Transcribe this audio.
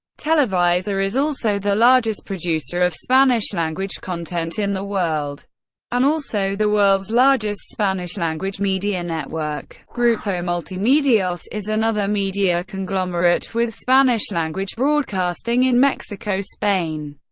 televisa is also the largest producer of spanish-language content in the world and also the world's largest spanish-language media network. grupo multimedios is another media conglomerate with spanish-language broadcasting in mexico, spain,